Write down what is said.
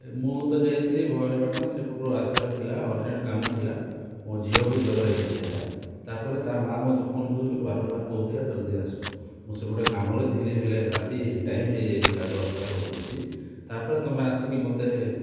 ଏ ମୁଁ ତ ଯାଇଥିଲି ଭବାନୀପାଟଣା ସେପଟୁ ଆସିବାର ଥିଲା ଅରଜେଣ୍ଟ କାମ ଥିଲା ମୋ ଝିଅକୁ ଜ୍ୱର ହେଇଯାଇଥିଲା ତା ପରେ ତା ମା ମତେ ଫୋନ କରିକି ବାରମ୍ବାର କହୁଥିଲା ଜଲଦି ଆସ ମୁଁ ସେପଟେ କାମରେ ଥିଲି ହେଲେ ରାତି ଟାଇମ ହେଇଯାଇଥିଲା ଦଶଟା ରୁ ବେଶୀ ତାପରେ ତମେ ଆସିକି ମତେ